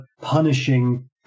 punishing